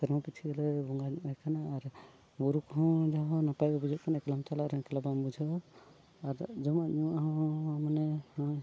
ᱥᱮᱨᱢᱟ ᱯᱤᱪᱷᱤ ᱜᱮᱞᱮ ᱵᱚᱸᱜᱟ ᱧᱚᱜᱟᱭ ᱠᱟᱱᱟ ᱟᱨ ᱵᱩᱨᱩ ᱠᱚᱦᱚᱸ ᱡᱟᱦᱟᱸ ᱱᱟᱯᱟᱭ ᱜᱮ ᱵᱩᱡᱷᱟᱹᱜ ᱠᱟᱱᱟ ᱮᱠᱞᱟᱢ ᱪᱟᱞᱟᱜ ᱨᱮᱦᱚᱸ ᱮᱠᱞᱟ ᱵᱟᱢ ᱵᱩᱡᱷᱟᱹᱣᱟ ᱡᱚᱢᱟᱜ ᱧᱩᱣᱟᱜ ᱦᱚᱸ ᱢᱟᱱᱮ ᱦᱮᱸ